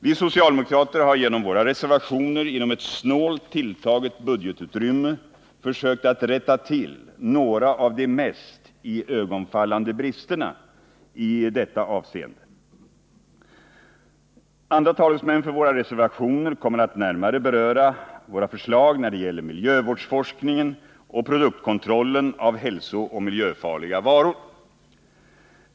Vi socialdemokrater har genom våra reservationer inom ett snålt tilltaget budgetutrymme försökt att rätta till några av de mest iögonfallande bristerna i detta avseende. Andra talesmän för våra reservationer kommer att närmare beröra våra förslag när det gäller miljövårdsforskningen och produktkontrollen av hälsooch miljöfarliga varor.